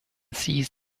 seized